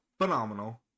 phenomenal